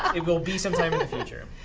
it will be sometime in the future.